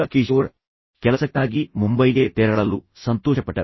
ಈಗ ಕಿಶೋರ್ ಅವರ ಕೆಲಸಕ್ಕಾಗಿ ಮುಂಬೈಗೆ ತೆರಳಲು ಸಂತೋಷಪಟ್ಟರು